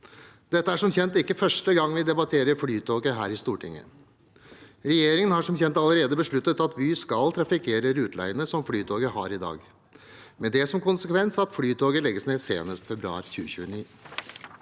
Dette er som kjent ikke første gang vi debatterer Flytoget her i Stortinget. Regjeringen har allerede besluttet at Vy skal trafikkere ruteleiene som Flytoget har i dag, med det som konsekvens at Flytoget legges ned senest februar 2028.